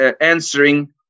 answering